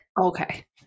Okay